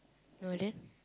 no then